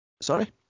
Sorry